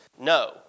No